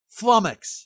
flummox